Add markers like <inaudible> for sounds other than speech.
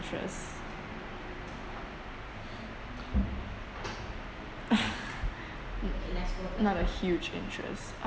interest <laughs> not a huge interest